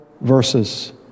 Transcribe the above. verses